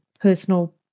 personal